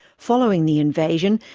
following the invasion,